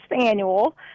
Annual